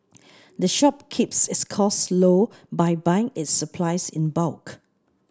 the shop keeps its costs low by buying its supplies in bulk